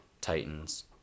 Titans